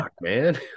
man